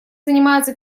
занимается